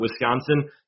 Wisconsin